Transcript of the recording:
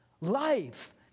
life